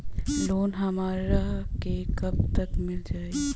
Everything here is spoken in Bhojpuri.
लोन हमरा के कब तक मिल जाई?